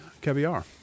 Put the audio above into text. caviar